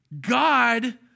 God